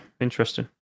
interesting